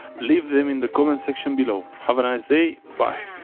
leave them in the comment section bellow. have a nice day! bye!